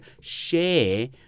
share